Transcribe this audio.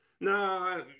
No